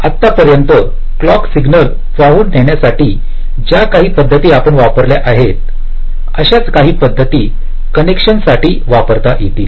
तर आतापर्यंत clock signal वाहून नेण्यासाठी ज्या काही पद्धती आपण वापरल्या आहेत अशाच काही पद्धती कनेक्शन साठी वापरता येतील